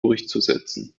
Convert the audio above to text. durchzusetzen